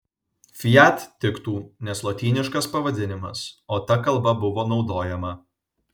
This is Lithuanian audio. fiat tiktų nes lotyniškas pavadinimas o ta kalba buvo naudojama